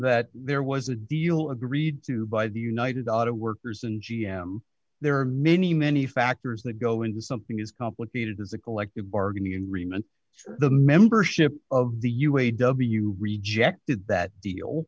that there was a deal agreed to by the united auto workers and g m there are many many factors that go into something as complicated as a collective bargaining agreement the membership of the u a w rejected that deal